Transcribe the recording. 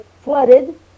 flooded